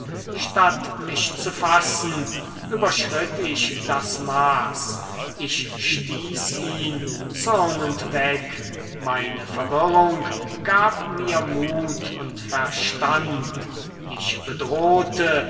statt mich zu fassen überschritt ich das maß ich stieß ihn zürnend weg meine verwirrung gab mir mut und verstand ich bedrohte